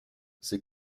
ses